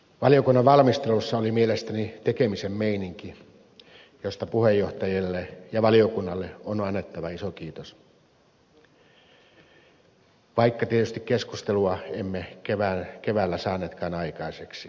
valiokunnan valmistelussa oli mielestäni tekemisen meininki josta puheenjohtajalle ja valiokunnalle on annettava iso kiitos vaikka tietysti keskustelua emme keväällä saaneetkaan aikaiseksi